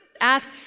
ask